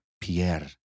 Pierre